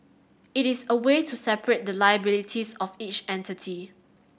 it is a way to separate the liabilities of each entity